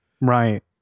Right